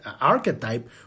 archetype